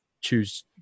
choose